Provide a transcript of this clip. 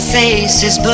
faces